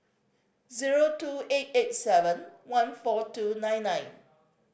zero two eight eight seven one four two nine nine